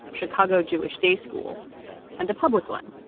chicago jewish day school and a public one,